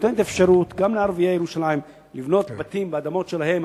ונותנת אפשרות גם לערביי ירושלים לבנות בתים באדמות שלהם,